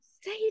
say